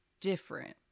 different